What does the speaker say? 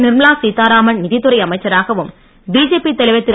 நிர்மலா சீத்தாராமன் நிதித்துறை அமைச்சராகவும் பிஜேபி தலைவர் திரு